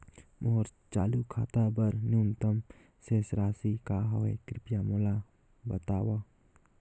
मोर चालू खाता बर न्यूनतम शेष राशि का हवे, कृपया मोला बतावव